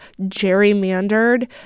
gerrymandered